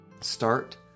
Start